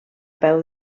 peu